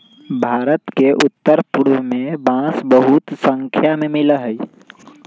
भारत के उत्तर पूर्व में बांस बहुत स्नाख्या में मिला हई